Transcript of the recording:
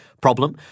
problem